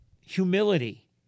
Humility